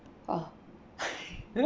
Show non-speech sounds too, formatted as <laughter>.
oh <laughs>